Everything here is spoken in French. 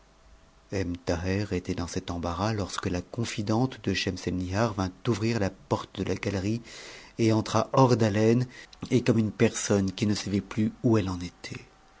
thaher était dans cet embarras lorsque la confidente de schemselnihar vint ouvrir la porte de la galerie et entra hors d'haleine et comme une personne qui ne savait plus où elle en était